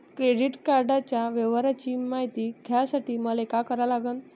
Credit कार्डाच्या व्यवहाराची मायती घ्यासाठी मले का करा लागन?